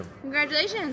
Congratulations